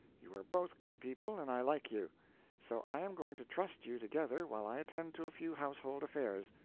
you are both good people, and i like you so i am going to trust you together while i attend to a few household affairs.